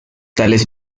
tales